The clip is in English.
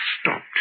stopped